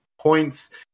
points